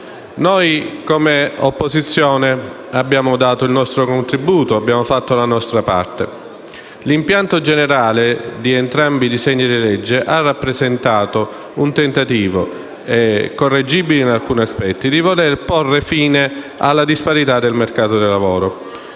Noi, come opposizione, abbiamo dato il nostro contributo e fatto la nostra parte. L’impianto generale di entrambi i disegni di legge ha rappresentato un tentativo, correggibile su alcuni aspetti, di voler porre fine alla disparità